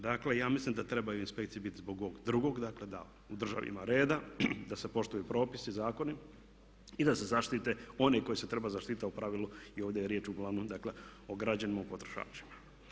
Dakle, ja mislim da trebaju inspekcije biti zbog ovog drugog, dakle da u državi ima reda, da se poštuju propisi, zakoni i da se zaštite one koje se treba zaštititi a u pravilu i uglavnom ovdje je riječ uglavnom dakle o građanima potrošačima.